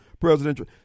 presidential